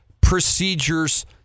procedures